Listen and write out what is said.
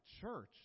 church